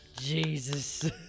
Jesus